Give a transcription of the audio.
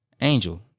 Angel